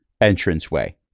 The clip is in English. entranceway